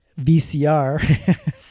VCR